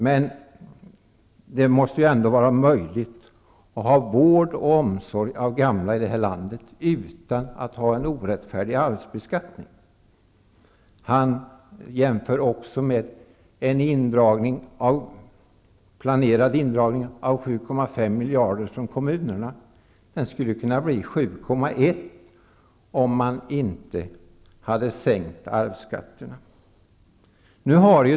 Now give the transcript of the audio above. Men det måste vara möjligt att ge gamla i det här landet vård och omsorg utan en orättfärdig arvsbeskattning. Lars Bäckström jämför också med en planerad indragning av 7,5 miljarder kronor i kommunerna. Den indragningen skulle kunna bli 7,1 om man inte hade sänkt arvsskatterna.